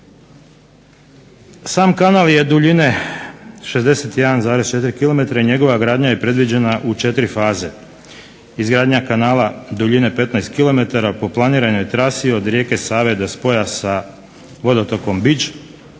Sam kanal je duljine 61,4 kilometra i njegova gradnja je predviđena u četiri faze. Izgradnja kanala duljine 15 kilometara po planiranoj trasi od rijeke Save do pojasa vodotokom Biđ,